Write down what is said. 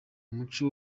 umuco